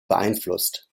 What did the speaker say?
beeinflusst